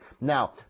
Now